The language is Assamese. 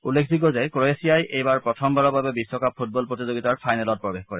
উল্লেখযোগ্য যে ক্ৰৱেচিয়াই এইবাৰ প্ৰথমবাৰৰ বাবে বিশ্বকাপ ফুটবল প্ৰতিযোগিতাৰ ফাইনেলত প্ৰৱেশ কৰে